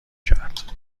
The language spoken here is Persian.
کرد